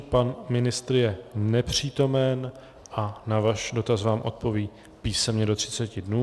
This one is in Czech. Pan ministr je nepřítomen a na váš dotaz vám odpoví písemně do třiceti dnů.